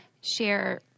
share